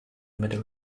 middle